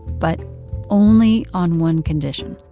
but only on one condition